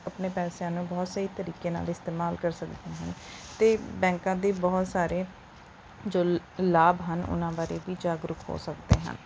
ਆਪਣੇ ਪੈਸਿਆਂ ਨੂੰ ਬਹੁਤ ਸਹੀ ਤਰੀਕੇ ਨਾਲ ਇਸਤੇਮਾਲ ਕਰ ਸਕਦੇ ਹਨ ਅਤੇ ਬੈਂਕਾਂ ਦੇ ਬਹੁਤ ਸਾਰੇ ਜੋ ਲ ਲਾਭ ਹਨ ਉਨ੍ਹਾਂ ਬਾਰੇ ਵੀ ਜਾਗਰੂਕ ਹੋ ਸਕਦੇ ਹਨ